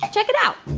ah check it out